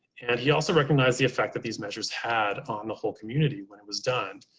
and he also recognized the effect that these measures had on the whole community when it was done.